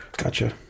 Gotcha